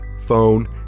phone